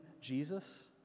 Jesus